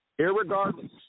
irregardless